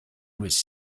was